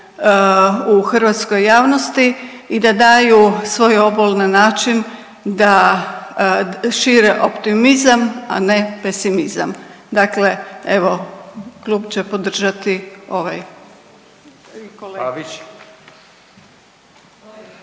u hrvatskoj javnosti i da daju svoj obol na način da šire optimizam a ne pesimizam. Dakle, evo klub će podržati ovaj.